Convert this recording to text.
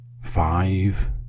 five